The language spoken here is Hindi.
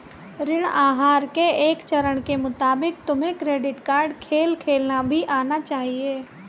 ऋण आहार के एक चरण के मुताबिक तुम्हें क्रेडिट कार्ड खेल खेलना भी आना चाहिए